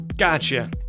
Gotcha